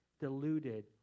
deluded